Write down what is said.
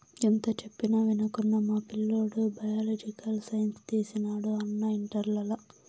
ఎంత చెప్పినా వినకుండా మా పిల్లోడు బయలాజికల్ సైన్స్ తీసినాడు అన్నా ఇంటర్లల